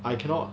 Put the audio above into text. I cannot